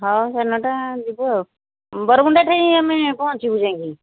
ହଉ ସାଢ଼େ ନଅଟା ଯିବୁ ଆଉ ବରମୁଣ୍ଡା ଠେଇଁ ଆମେ ପହଞ୍ଚିବୁ ଯାଇଁକି